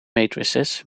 matrices